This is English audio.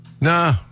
nah